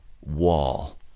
wall